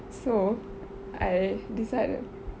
so I decided